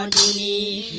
ie